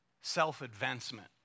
self-advancement